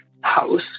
house